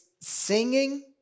singing